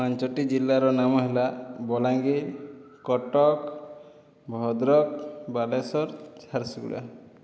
ପାଞ୍ଚଟି ଜିଲ୍ଲାର ନାମ ହେଲା ବଲାଙ୍ଗୀର କଟକ ଭଦ୍ରକ ବାଲେଶ୍ୱର ଝାରସୁଗୁଡ଼ା